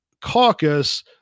caucus